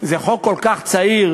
זה חוק כל כך צעיר,